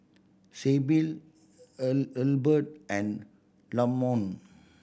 Sybil Hilbert and Lamont